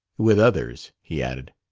with others, he added.